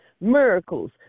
Miracles